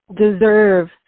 deserve